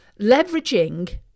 leveraging